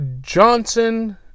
Johnson